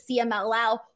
CMLL